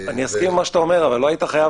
אסכים עם מה שאתה אומר אבל לא היית חייב